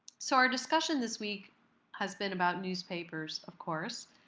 so our discussion this week has been about newspapers of course.